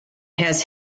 has